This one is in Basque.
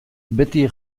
beti